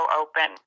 open